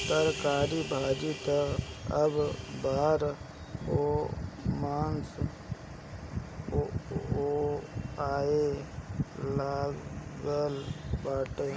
तरकारी भाजी त अब बारहोमास बोआए लागल बाटे